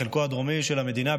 בחלקו הדרומי של המדינה,